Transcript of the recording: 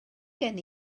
gen